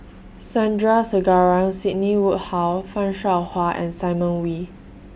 Sandrasegaran Sidney Woodhull fan Shao Hua and Simon Wee